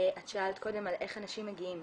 את שאלת קודם איך אנשים מגיעים,